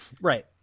Right